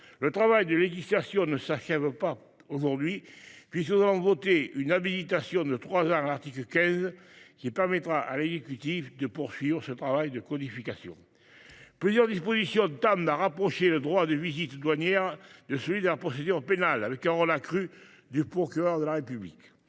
Le travail de législation ne s’achève pas aujourd’hui, puisque nous allons voter une habilitation de trois ans, à l’article 15, qui permettra à l’exécutif de poursuivre ce travail de codification. Plusieurs dispositions tendent à rapprocher le droit des visites douanières de celui de la procédure pénale, avec un rôle accru du procureur de la République.